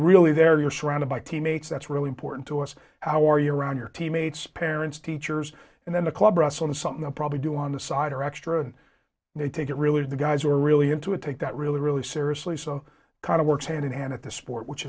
really they're you're surrounded by teammates that's really important to us how are you around your teammates parents teachers and then the club russell and something i probably do on the side or extra they take it really to the guys who are really into it take that really really seriously so kind of works hand in hand at the sport which